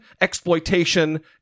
Exploitation